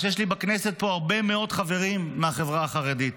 שיש לי בכנסת פה הרבה מאוד חברים מהחברה החרדית.